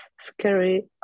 scary